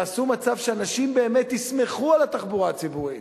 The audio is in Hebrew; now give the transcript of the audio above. תעשו מצב שאנשים באמת יסמכו על התחבורה הציבורית.